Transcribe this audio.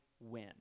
win